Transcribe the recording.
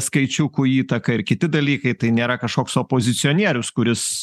skaičiukų įtaka ir kiti dalykai tai nėra kažkoks opozicionierius kuris